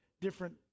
different